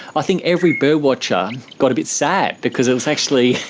i think every birdwatcher got a bit sad because it's actually,